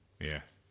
yes